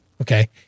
Okay